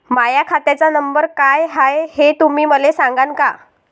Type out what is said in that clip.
माह्या खात्याचा नंबर काय हाय हे तुम्ही मले सागांन का?